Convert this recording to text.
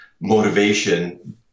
motivation